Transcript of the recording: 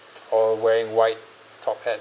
all wearing white top hats